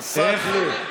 עסאקלה.